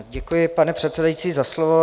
Děkuji, pane předsedající, za slovo.